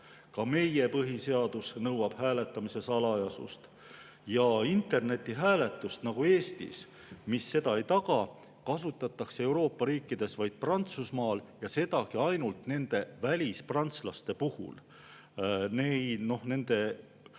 Ka meie põhiseadus nõuab hääletamise salajasust. Sellist internetihääletust nagu Eestis, mis [salajasust] ei taga, kasutatakse Euroopa riikides vaid Prantsusmaal ja sedagi ainult välisprantslaste puhul.